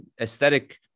aesthetic